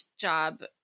job